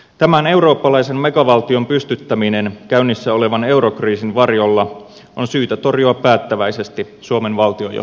tämän eurooppalaisen megavaltion pystyttäminen käynnissä olevan eurokriisin varjolla on syytä torjua päättäväisesti suomen valtionjohdon toimesta